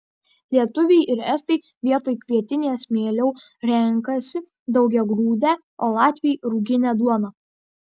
lietuviai ir estai vietoj kvietinės mieliau renkasi daugiagrūdę o latviai ruginę duoną